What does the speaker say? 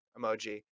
emoji